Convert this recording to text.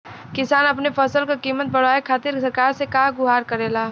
किसान अपने फसल क कीमत बढ़ावे खातिर सरकार से का गुहार करेला?